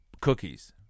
cookies